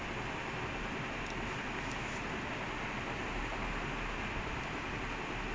they just ya throw straight out off the field and if they lose the ball ya then everyone just run back to the defend